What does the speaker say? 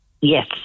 Yes